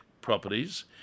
properties